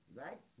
right